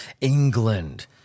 England